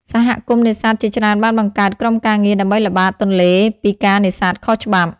សហគមន៍នេសាទជាច្រើនបានបង្កើត ក្រុមការពារ ដើម្បីល្បាតទន្លេពីការនេសាទខុសច្បាប់។